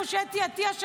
איפה שאתי עטייה,